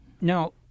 Now—